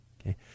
Okay